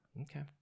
Okay